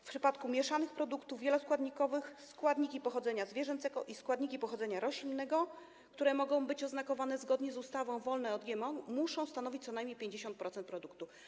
W przypadku mieszanych produktów wieloskładnikowych składniki pochodzenia zwierzęcego i składniki pochodzenia roślinnego, które mogą być oznakowane zgodnie z ustawą jako wolne od GMO, muszą stanowić co najmniej 50% produktu.